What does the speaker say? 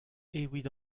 evit